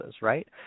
Right